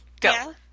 Go